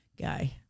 guy